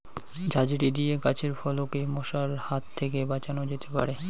ঝাঁঝরি দিয়ে গাছের ফলকে মশার হাত থেকে বাঁচানো যেতে পারে?